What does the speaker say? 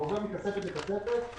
זה עובר מכספת לכספת.